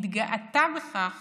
התגאתה בכך